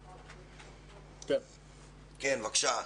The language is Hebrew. כן, בבקשה.